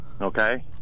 okay